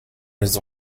his